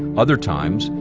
other times,